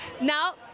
Now